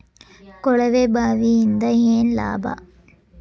ಕೊಳವೆ ಬಾವಿಯಿಂದ ಏನ್ ಲಾಭಾ?